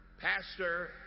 Pastor